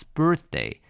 birthday